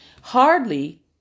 Hardly